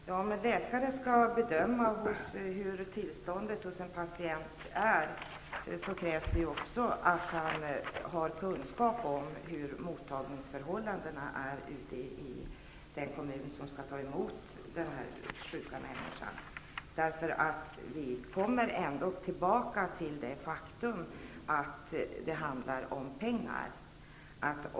Fru talman! När en läkare skall bedöma tillståndet hos en patient krävs också kunskap om hur mottagningsförhållandena är i den kommun som skall ta emot den sjuka människan. Vi kommer ändå inte ifrån det faktum att det handlar om pengar.